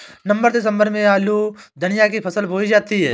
नवम्बर दिसम्बर में आलू धनिया की फसल बोई जाती है?